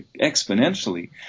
exponentially